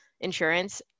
insurance